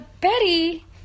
Betty